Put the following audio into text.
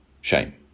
shame